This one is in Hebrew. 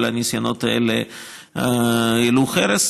כל הניסיונות האלה העלו חרס.